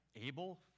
able